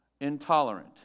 Intolerant